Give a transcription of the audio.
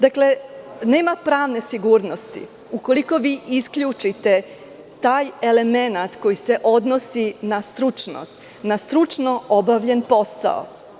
Dakle, nema pravne sigurnosti ukoliko isključite taj element koji se odnosi na stručnost, na stručno obavljen posao.